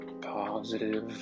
positive